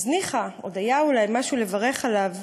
ניחא, עוד היה אולי משהו לברך עליו.